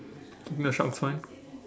the shark's fine